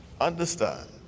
understand